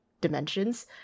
dimensions